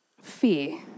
Fear